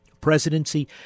presidency